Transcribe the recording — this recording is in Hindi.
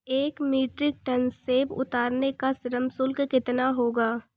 एक मीट्रिक टन सेव उतारने का श्रम शुल्क कितना होगा?